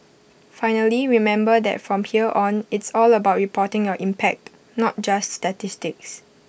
finally remember that from here on it's all about reporting your impact not just statistics